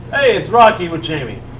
hey, it's rocky with jamie.